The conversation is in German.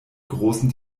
großen